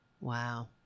Wow